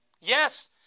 Yes